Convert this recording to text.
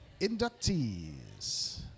inductees